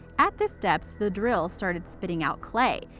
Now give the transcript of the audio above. at this depth, the drill started spitting out clay,